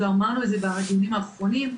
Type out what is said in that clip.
וגם אמרנו את זה בדיונים האחרונים.